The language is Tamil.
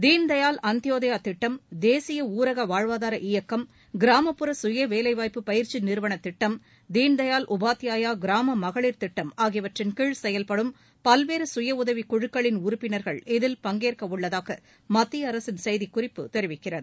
தீன் தயாள் அந்த்யோதயா திட்டம் தேசிய சுயவேலைவாய்ப்பு பயிற்சி நிறுவன திட்டம் தீன் தயாள் உபாத்யாயா கிராம மகளிர் திட்டம் ஆகியவற்றின்கீழ் செயல்படும் பல்வேறு சுயஉதவிக்குழுக்களின் உறுப்பினர்கள் இதில் பங்கேற்கவுள்ளதாக மத்தியஅரசின் செய்திக்குறிப்பு தெரிவிக்கிறது